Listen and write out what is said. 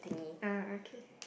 uh okay